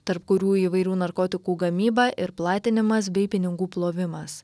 tarp kurių įvairių narkotikų gamyba ir platinimas bei pinigų plovimas